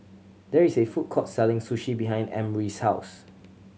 there is a food court selling Sushi behind Emry's house